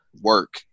work